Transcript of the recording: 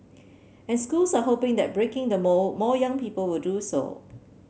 and schools are hoping that breaking the mould more young people would do so